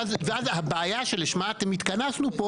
ואז הבעיה שלשמה אנחנו התכנסו פה